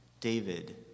David